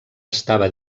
estava